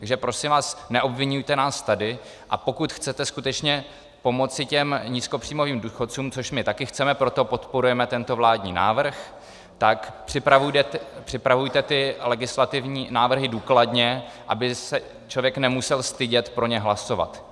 Takže prosím vás, neobviňujte nás tady, a pokud chcete skutečně pomoci těm nízkopříjmovým důchodcům, což my také chceme, proto podporujeme tento vládní návrh, tak připravujte ty legislativní návrhy důkladně, aby se člověk nemusel stydět pro ně hlasovat.